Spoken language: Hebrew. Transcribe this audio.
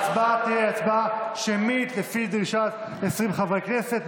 ההצבעה תהיה שמית, לפי דרישת 20 חברי כנסת.